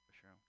sure